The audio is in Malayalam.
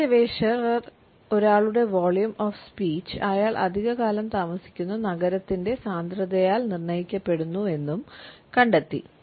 നഗര ഗവേഷകർ ഒരാളുടെ വോളിയം ഓഫ് സ്പീച്ച് അയാൾ അധികകാലം താമസിക്കുന്ന നഗരത്തിൻറെ സാന്ദ്രതയാൽ നിർണ്ണയിക്കപ്പെടുന്നു എന്നും കണ്ടെത്തി